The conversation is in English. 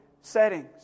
settings